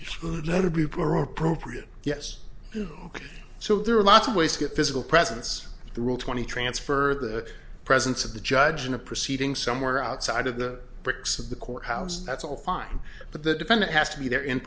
appropriate yes so there are lots of ways to get physical presence through twenty transfer the presence of the judge in a proceeding somewhere outside of the bricks of the courthouse that's all fine but the defendant has to be there in